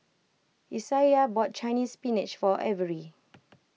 Isaiah bought Chinese Spinach for Avery